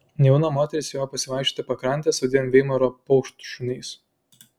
nejauna moteris ėjo pasivaikščioti pakrante su dviem veimaro paukštšuniais